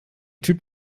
typ